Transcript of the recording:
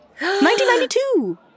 1992